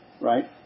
right